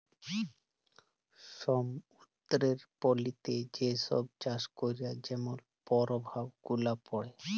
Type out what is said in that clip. সমুদ্দুরের পলিতে যে ছব চাষ ক্যরে যেমল পরভাব গুলা পড়ে